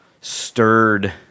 stirred